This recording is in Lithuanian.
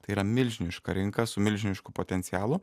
tai yra milžiniška rinka su milžinišku potencialu